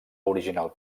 original